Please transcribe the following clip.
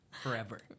Forever